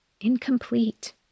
incomplete